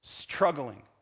Struggling